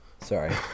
Sorry